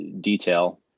detail